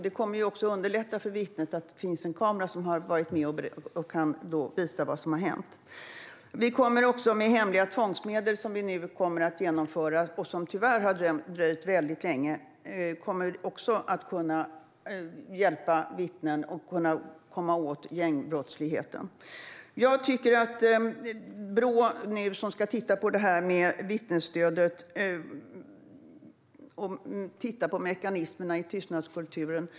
Det kommer att underlätta för vittnet att det finns en kamera som har varit med och kan visa vad som har hänt. Vi kommer nu också att införa hemliga tvångsmedel, något som tyvärr har dröjt väldigt länge. Även detta kommer att kunna hjälpa vittnen och komma åt gängbrottsligheten. Brå ska nu titta på det här med vittnesstödet och mekanismerna i tystnadskulturen.